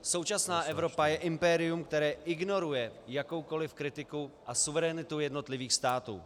Současná Evropa je impérium, které ignoruje jakoukoliv kritiku a suverenitu jednotlivých států.